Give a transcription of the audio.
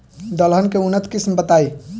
दलहन के उन्नत किस्म बताई?